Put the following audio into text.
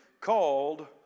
called